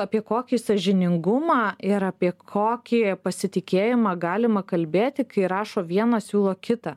apie kokį sąžiningumą ir apie kokį pasitikėjimą galima kalbėti kai rašo vieną o siūlo kitą